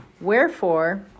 wherefore